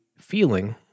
feeling